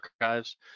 archives